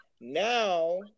Now